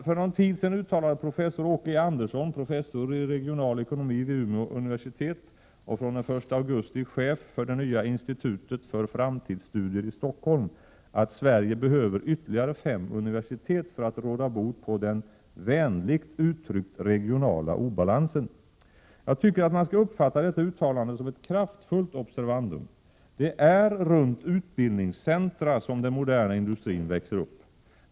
För någon tid sedan uttalade professor Åke E Andersson, professor i regional ekonomi vid Umeå universitet och från den 1 augusti chef för det nya Institutet för framtidsstudier i Stockholm, att Sverige behöver ytterligare fem universitet för att råda bot på den vänligt uttryckt regionala obalansen. Jag tycker att man skall uppfatta detta uttalande som ett kraftfullt observandum. Det är runt utbildningscentra som den moderna industrin växer upp.